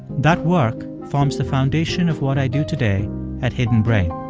that work forms the foundation of what i do today at hidden brain.